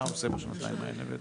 מה הוא עושה בשנתיים האלה בעצם?